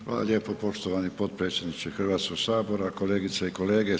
Hvala lijepo poštovani potpredsjedniče Hrvatskog sabora, kolegice i kolege.